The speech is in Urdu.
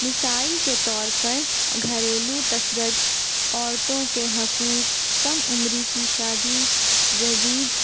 مسائل کے طور پر گھریلو تشدد عورتوں کے حقوق کم عمری کی شادی جدید